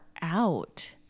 out